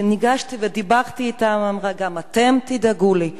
כשניגשתי ודיברתי אתם, היא אמרה: גם אתם תדאגו לי?